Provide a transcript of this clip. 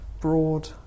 broad